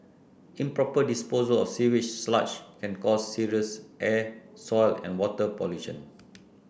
improper disposal of sewage sludge can cause serious air soil and water pollution